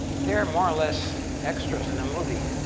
they're more or less extras in a movie.